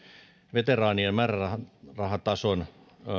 veteraanien määrärahatason